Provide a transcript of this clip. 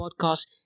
podcast